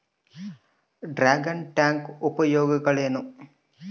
Dragon tank ಉಪಯೋಗಗಳೇನು?